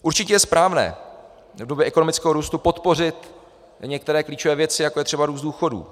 Určitě je správné v době ekonomického růstu podpořit některé klíčové věci, jako je třeba růst důchodů.